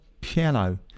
piano